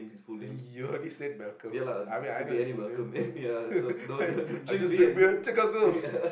you already said Malcolm I mean I know his full name I just drink beers check out girls